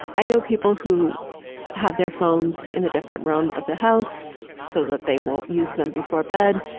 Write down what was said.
i know people who have their phones in a different room of the house so that they won't use them before bed.